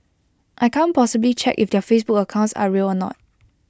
I can't possibly check if their Facebook accounts are real or not